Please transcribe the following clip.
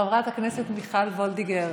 חברת הכנסת מיכל וולדיגר,